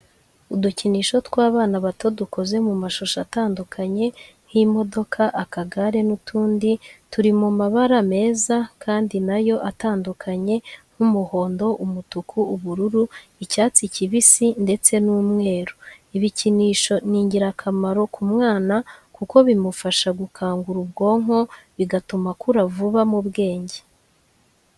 Udukinisho tw'abana bato dukoze mu mashusho atandukanye nk'imodoka, akagare n'utundi turi mu mabara meza kandi nayo atandukanye, nk'umuhondo, umutuku, ubururu, icyatsi kibisi ndetse n'umweru. Ibikinisho ni ingirakamaro ku mwana kuko bimufasha gukangura ubwonko, bigatuma akura vuba mu bwenge.